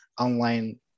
online